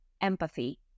empathy